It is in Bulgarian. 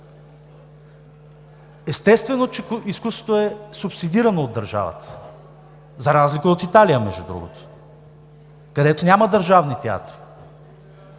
Естествено, че изкуството е субсидирано от държавата, за разлика от Италия, между другото, където няма държавни театри.